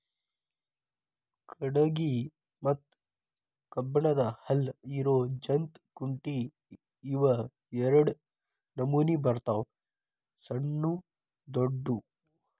ಕಟಗಿ ಮತ್ತ ಕಬ್ಬನ್ದ್ ಹಲ್ಲ ಇರು ಜಂತ್ ಕುಂಟಿ ಇವ ಎರಡ ನಮೋನಿ ಬರ್ತಾವ ಸಣ್ಣು ದೊಡ್ಡು